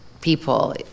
people